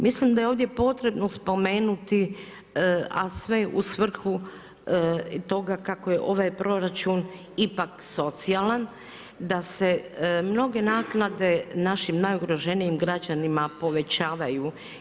Mislim da je ovdje potrebno spomenuti, a sve u svrhu toga kako je ovaj proračun ipak socijalan, da se mnoge naknade našim najugroženijim građanima povećavaju.